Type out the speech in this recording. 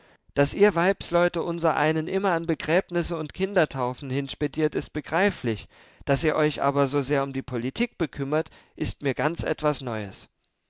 daß ihr weibsleute unsereinen immer an begräbnisse und kindertaufen hinspediert ist begreiflich daß ihr euch aber so sehr um die politik bekümmert ist mir ganz etwas neues